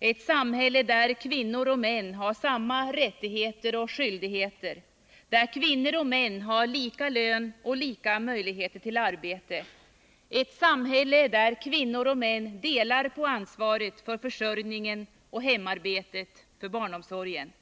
ett samhälle där kvinnor och män har samma rättigheter och skyldigheter, där kvinnor och män har lika lön och lika möjligheter till arbete Nr 52 — ett samhälle där kvinnor och män delar på ansvaret för försörjningen och hemarbetet, för barnomsorgen.